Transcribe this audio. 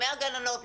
מהגננות,